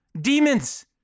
Demons